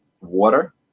water